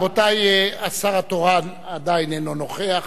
השר התורן עדיין אינו נוכח,